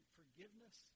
forgiveness